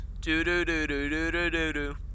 Do-do-do-do-do-do-do-do